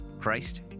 Christ